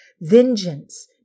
Vengeance